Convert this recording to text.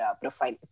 profile